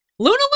Luna